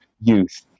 youth